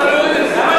למה להוריד את זה?